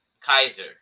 Kaiser